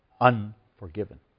unforgiven